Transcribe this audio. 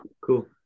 Cool